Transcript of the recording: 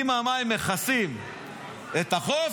אם המים מכסים את החוף,